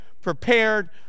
prepared